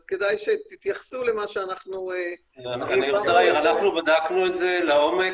אז כדאי שתתייחסו למה שאנחנו --- אנחנו בדקנו את זה לעומק